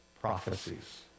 prophecies